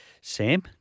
Sam